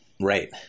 Right